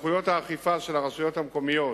סמכויות האכיפה של הרשויות המקומיות